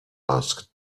asked